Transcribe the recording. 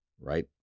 right